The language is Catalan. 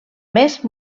més